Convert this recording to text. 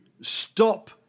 stop